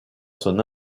son